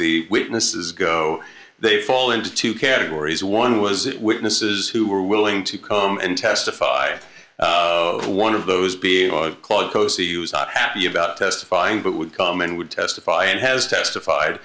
the witnesses go they fall into two categories one was witnesses who were willing to come and testify one of those being closely use not happy about testifying but would come in would testify and has testified